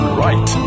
right